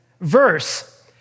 verse